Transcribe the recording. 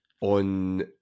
on